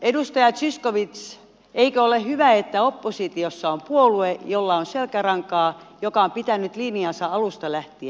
edustaja zyskowicz eikö ole hyvä että oppositiossa on puolue jolla on selkärankaa joka on pitänyt linjansa alusta lähtien